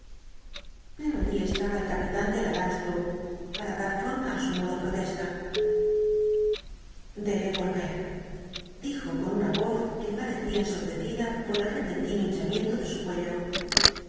pero allí estaba el capitán de la landsturm para dar forma á su muda protesta devolver dijo con una voz que parecía ensordecida por el repentino hinchamiento de su cuello